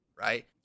right